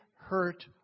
hurt